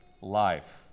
life